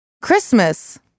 Christmas